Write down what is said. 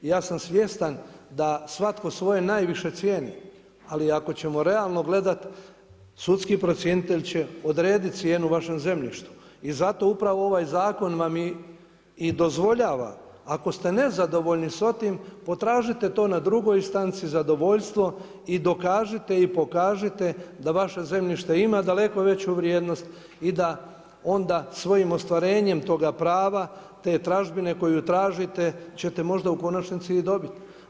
Ja sam svjestan da svatko svoje najviše cijeni, ali ako ćemo realno gledati, sudski procjenitelj će odrediti cijenu vašem zemljištu i zato upravo ovaj zakon vam i dozvoljava, ako ste nezadovoljni s tim potražite to na drugoj instanci, zadovoljstvo i dokažite i pokažite da vaše zemljište ima daleko veću vrijednost i da onda svojim ostvarenjem toga prava, te tražbine koju tražite ćete možda u konačnici i dobiti.